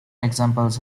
examples